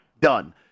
done